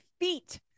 feet